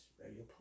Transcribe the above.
Radio